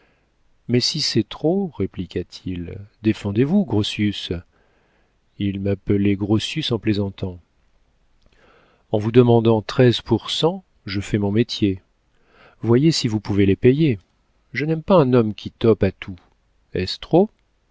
mais si c'est trop répliqua-t-il défendez-vous grotius il m'appelait grotius en plaisantant en vous demandant treize pour cent je fais mon métier voyez si vous pouvez les payer je n'aime pas un homme qui tope à tout est-ce trop